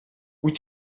wyt